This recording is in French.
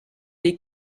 les